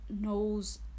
knows